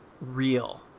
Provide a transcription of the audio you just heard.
real